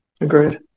agreed